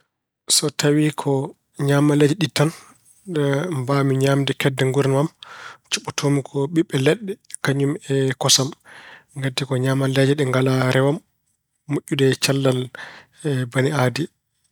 So tawi ko ñaamalleeji ɗiɗi tan mbaawi ñaamde kedde nguurndam, cuɓotoo-mi ko ɓiɓɓe leɗɗe kañum e kosam. Ngati ko ñaamalleeje ɗe ngalaa rewam, moƴƴuɗe e cellal bani aadee.